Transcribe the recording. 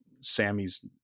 Sammy's